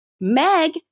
Meg